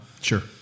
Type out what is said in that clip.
Sure